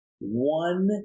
one